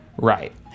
Right